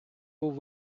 був